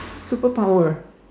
superpower